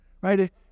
right